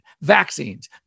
vaccines